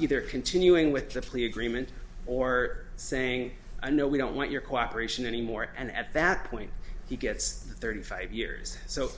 either continuing with the plea agreement or saying no we don't want your cooperation anymore and at that point he gets thirty five years so